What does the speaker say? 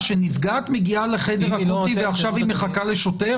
שנפגעת מגיעה לחדר אקוטי ועכשיו היא מחכה לשוטר?